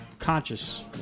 Conscious